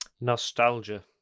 Nostalgia